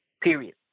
Period